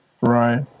Right